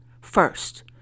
first